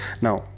Now